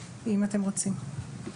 אם אתם רוצים.